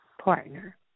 partner